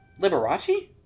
Liberace